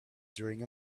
during